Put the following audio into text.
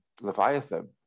Leviathan